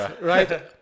right